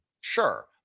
Sure